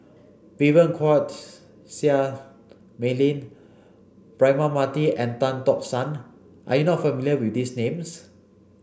Vivien Quahe Seah Mei Lin Braema Mathi and Tan Tock San are you not familiar with these names